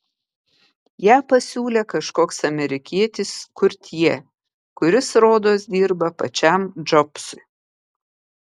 ją pasiūlė kažkoks amerikietis kurtjė kuris rodos dirba pačiam džobsui